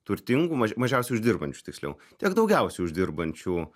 turtingų mažiausiai uždirbančių tiksliau tiek daugiausiai uždirbančių